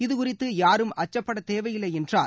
இதுகுறித்து யாரும் அச்சப்படத் தேவையில்லை என்றார்